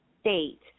state